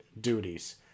duties